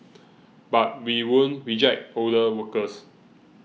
but we won't reject older workers